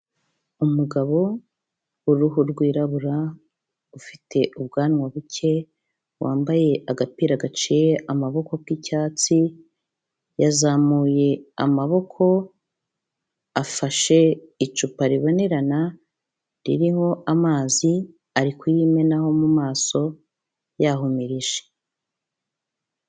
Umugabo w'uruhu rwirabura ufite ubwanwa buke, wambaye agapira gaciye amaboko k'icyatsi, yazamuye amaboko, afashe icupa ribonerana ririmo amazi, ari kuyimenaho mu mu maso yahumirije.